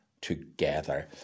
together